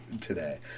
today